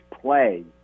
play